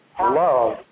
love